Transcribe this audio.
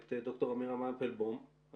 את ד"ר עמירם אפלבום,